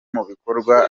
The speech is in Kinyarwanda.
mubikorwa